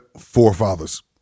forefathers